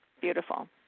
beautiful